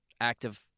active